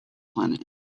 planet